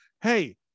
Hey